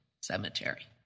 Cemetery